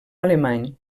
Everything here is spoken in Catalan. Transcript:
alemany